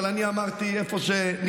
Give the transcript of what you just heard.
אבל אני אמרתי: איפה שנזהרים,